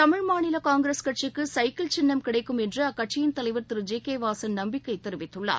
தமிழ் மாநிலகாங்கிரஸ் கட்சிக்குசைக்கிள் சின்னம் கிடைக்கும் என்றுஅக்கட்சியின் தலைவர் திரு ஜி கேவாசன் நம்பிக்கைதெரிவித்துள்ளார்